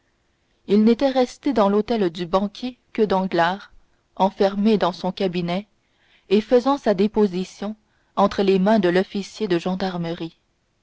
il n'était resté dans l'hôtel du banquier que danglars enfermé dans son cabinet et faisant sa déposition entre les mains de l'officier de gendarmerie